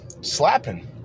slapping